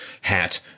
hat